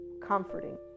comforting